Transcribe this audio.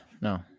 No